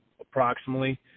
approximately